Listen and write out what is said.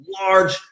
large